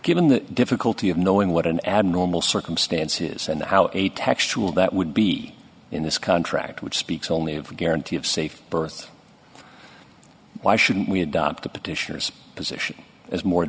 given the difficulty of knowing what an abnormal circumstances and how a textual that would be in this contract which speaks only of a guarantee of safe births why shouldn't we adopt the petitioners position as more